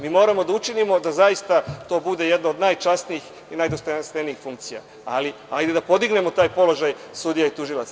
Mi moramo da učinimo da zaista to bude jedno od najčasnijih i najdostojanstvenijih funkcija, ali hajde da podignemo taj položaj sudija i tužilaca.